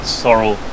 sorrel